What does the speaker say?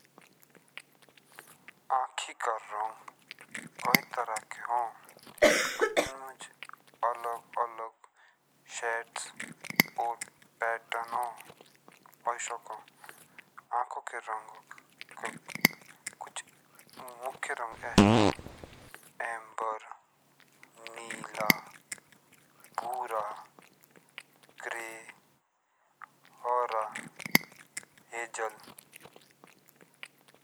आकी का रंग कई तरह के हो इने मुझ अलग अलग शेड्स और पैटर्न हो आँखों के रंग कुछ मुकिये रंग इसने हो एम्बर ग्रीन बुरा ग्रे हरा हेज़ल।